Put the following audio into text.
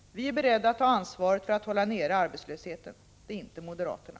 Vi är beredda ta ansvaret för att hålla nere arbetslösheten. Det är inte moderaterna.